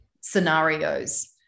scenarios